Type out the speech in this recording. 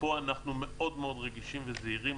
פה אנחנו מאוד מאוד רגישים וזהירים,